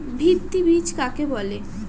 ভিত্তি বীজ কাকে বলে?